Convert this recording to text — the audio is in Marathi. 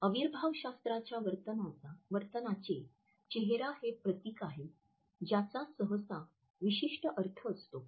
आविर्भावशास्त्राच्या वर्तनाचे चेहरा हे प्रतीक आहे ज्याचा सहसा विशिष्ट अर्थ असतो